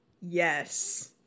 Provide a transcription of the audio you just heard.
yes